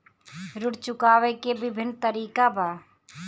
ऋण चुकावे के विभिन्न तरीका का बा?